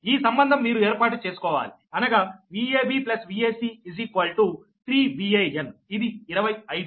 ఈ సంబంధం మీరు ఏర్పాటుచేసుకోవాలి అనగా Vab Vac 3 Van ఇది 25